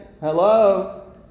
Hello